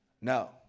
No